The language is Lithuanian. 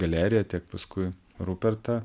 galeriją tiek paskui rupertą